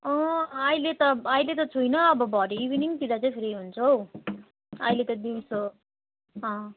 अहिले त अहिले त छुइनँ अब भरे इभिनिङतिर चाहिँ फ्री हुन्छ हौ आहिले त दिउँसो अँ